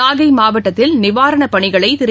நாகைமாவட்டத்தில் நிவாரணபணிகளைதிரு